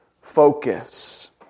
Focus